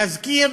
להזכיר